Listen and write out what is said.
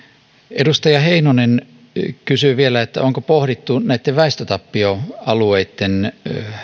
edustaja heinonen kysyi vielä onko pohdittu näitten väestötappioalueitten